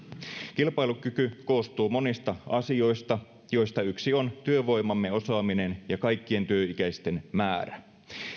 kilpailukyky koostuu monista asioista joista yksi on työvoimamme osaaminen ja kaikkien työikäisten määrä